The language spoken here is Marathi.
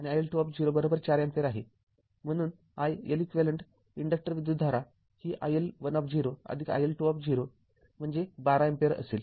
म्हणून i Leq इन्डक्टर विद्युतधारा ही iL १० iL२० म्हणजे १२ अँपिअर असेल